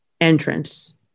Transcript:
entrance